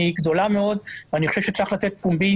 גדולה מאוד ואני חושב שצריך לתת פומבי